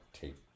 take